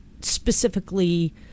specifically